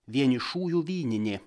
vienišųjų vyninė